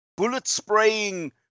bullet-spraying